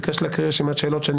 ביקש להקריא רשימת שאלות שאני